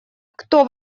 кто